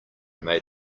made